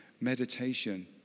Meditation